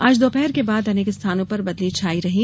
आज दोपहर के बाद अनेक स्थानों पर बदली छायी रही